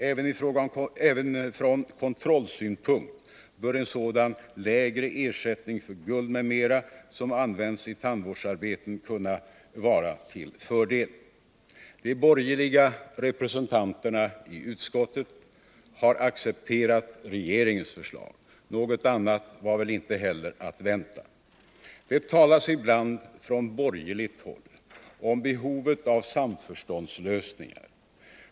Även från kontrollsynpunkt bör en något lägre ersättning för guld m.m. som används i tandvårdsarbeten kunna vara till fördel. £ De borgerliga representanterna i utskottet har accepterat regeringens förslag. Något annat var väl inte heller att vänta. Det talas ibland på borgerligt håll om behovet av samförståndslösningar.